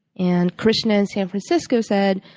and krishna in san francisco said,